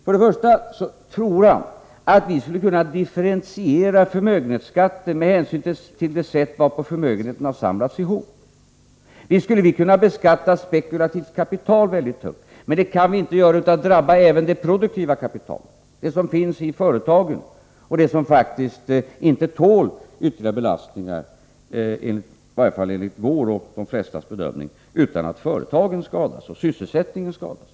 För det första tror han att vi skulle kunna differentiera förmögenhetsskatten med hänsyn till det sätt varpå förmögenheterna har samlats ihop. Visst skulle vi kunna beskatta spekulativt kapital väldigt hårt, men det kan vi inte göra utan att det drabbar även det produktiva kapital som finns i företagen och faktiskt inte tål ytterligare belastningar, i varje fall enligt vår och de flestas bedömning, utan att företagen och sysselsättningen skadas.